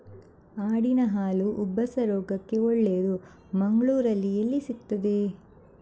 ಆಡಿನ ಹಾಲು ಉಬ್ಬಸ ರೋಗಕ್ಕೆ ಒಳ್ಳೆದು, ಮಂಗಳ್ಳೂರಲ್ಲಿ ಎಲ್ಲಿ ಸಿಕ್ತಾದೆ?